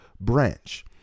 branch